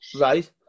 right